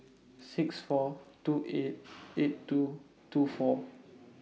six four two eight eight two two four